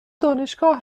دانشگاه